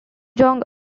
jong